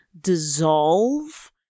dissolve